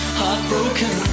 heartbroken